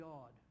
God